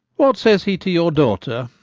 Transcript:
what says he to your daughter?